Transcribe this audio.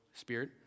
spirit